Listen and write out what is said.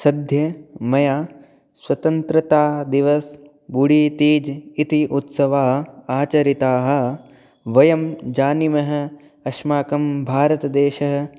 सद्यः मया स्वतन्त्रतादिवसः बुड़ीतीज इति उत्सवाः आचरिताः वयं जानीमः अस्माकं भारतदेशः